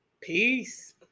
peace